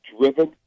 driven